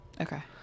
Okay